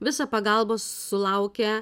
visą pagalbą sulaukia